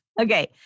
Okay